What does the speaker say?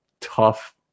tough